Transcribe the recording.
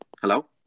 Hello